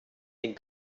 den